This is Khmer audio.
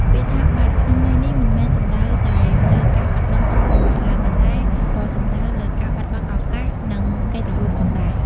ពាក្យថា «បាត់» ក្នុងន័យនេះមិនមែនសំដៅតែលើការបាត់បង់ទ្រព្យសម្បត្តិឡើយ ប៉ុន្តែក៏សំដៅលើការបាត់បង់ឱកាស និងកិត្តិយសផងដែរ។